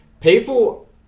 people